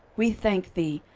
we thank thee,